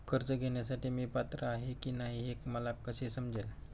कर्ज घेण्यासाठी मी पात्र आहे की नाही हे मला कसे समजेल?